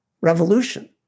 revolution